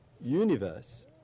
universe